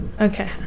Okay